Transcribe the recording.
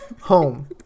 home